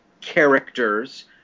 characters